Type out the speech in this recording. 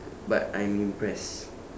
but I'm impressed